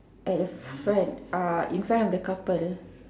at the front uh in front of the couple